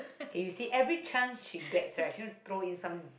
okay you see every chance she gets right she wanna throw in some